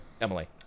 emily